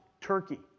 Turkey